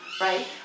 right